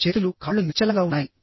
చేతులు కాళ్ళు నిశ్చలంగా ఉన్నాయి